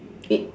it